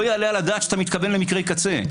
לא יעלה על הדעת שאתה מתכוון למקרה קצה.